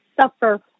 suffer